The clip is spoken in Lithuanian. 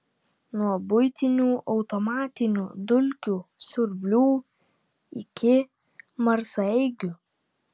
nuo buitinių automatinių dulkių siurblių iki marsaeigių